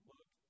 Look